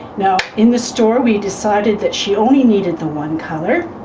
now in the store we decided that she only needed the one colour.